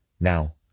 Now